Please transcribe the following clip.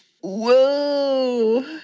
Whoa